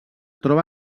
troba